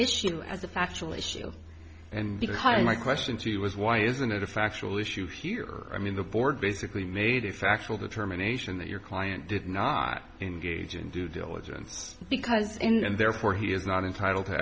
issue as a factual issue and because my question to you was why isn't it a factual issue here i mean the board basically made a factual determination that your client did not engage in due diligence because in and therefore he is not entitled to